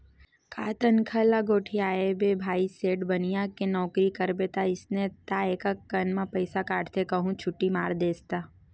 का तनखा ल गोठियाबे भाई सेठ बनिया के नउकरी करबे ता अइसने ताय एकक कन म पइसा काटथे कहूं छुट्टी मार देस ता